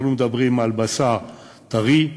אנחנו מדברים על בשר טרי,